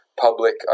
public